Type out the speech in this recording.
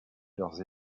leurs